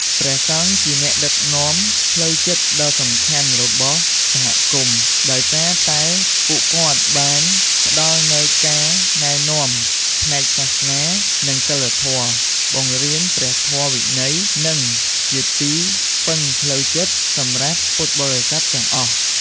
ព្រះសង្ឃជាអ្នកដឹកនាំផ្លូវចិត្តដ៏សំខាន់របស់សហគមន៍ ដោយសារតែពួកគាត់បានផ្ដល់នូវការណែនាំផ្នែកសាសនា និងសីលធម៌ បង្រៀនព្រះធម៌វិន័យ និងជាទីពឹងផ្លូវចិត្តសម្រាប់ពុទ្ធបរិស័ទទាំងអស់។